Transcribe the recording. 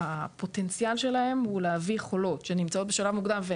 הפוטנציאל שלהם הוא להביא חולות שנמצאות בשלב מוקדם או